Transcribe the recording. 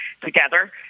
together